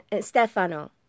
Stefano